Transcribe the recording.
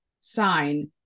sign